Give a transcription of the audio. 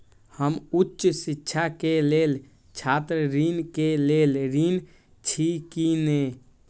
हम उच्च शिक्षा के लेल छात्र ऋण के लेल ऋण छी की ने?